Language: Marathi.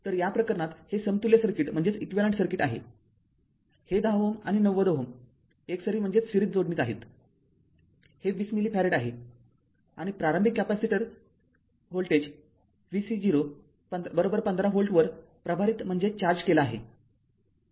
तर या प्रकरणात हे समतुल्य सर्किट आहे हे १० Ω आणि ९० Ω एकसरी जोडणीत आहेत हे २० मिली फॅरेड आहे आणि प्रारंभिक कॅपेसिटर v C0१५ व्होल्टवर प्रभारित केला आहे जे पाहिले आहे